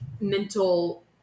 mental